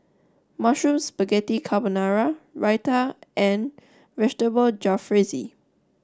mushroom Spaghetti Carbonara Raita and vegetable Jalfrezi